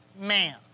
man